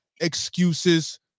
Excuses